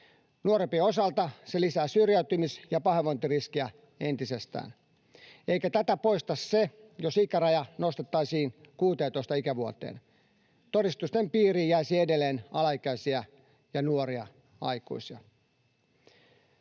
Nuorempien osalta se lisää syrjäytymis- ja pahoinvointiriskiä entisestään, eikä tätä poistaisi se, jos ikäraja nostettaisiin 16 ikävuoteen. Todistusten piiriin jäisi edelleen alaikäisiä ja nuoria aikuisia.